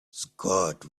scott